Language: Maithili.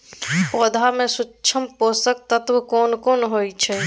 पौधा में सूक्ष्म पोषक तत्व केना कोन होय छै?